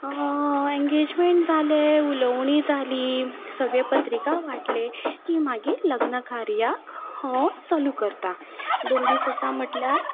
engagement जाली उलोवणी जाली सगलें पत्रिका वांटले की मागीर लग्न कार्याक हॉट सो लूक करता दोन दीस आसा म्हणल्यार